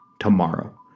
tomorrow